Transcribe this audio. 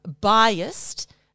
biased –